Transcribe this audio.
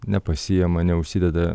nepasiima neužsideda